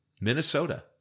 Minnesota